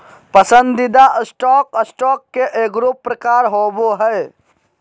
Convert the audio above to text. पसंदीदा stock, stock के एगो प्रकार होबो हइ